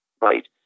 right